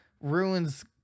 ruins